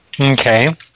okay